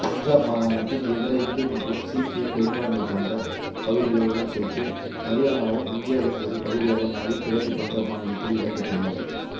பஞ்சாப் மாகாணத்தின் இதர இந்து மற்றும் சீக்கிய பெரும்பான்மை கொண்ட பகுதிகளுடன் சேர்த்து ஹரியானாவும் இந்தியாவின் ஒரு பகுதியாக மாறி கிழக்கு பஞ்சாப் மாநிலத்தில் இடம் பெற்றுள்ளது